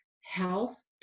health